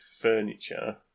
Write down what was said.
furniture